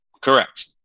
Correct